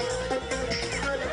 עונה,